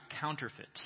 counterfeit